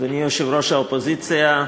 אדוני יושב-ראש האופוזיציה,